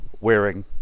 wearing